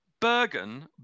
Bergen